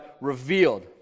revealed